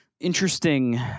interesting